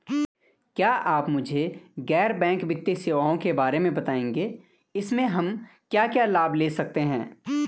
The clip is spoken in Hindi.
क्या आप मुझे गैर बैंक वित्तीय सेवाओं के बारे में बताएँगे इसमें हम क्या क्या लाभ ले सकते हैं?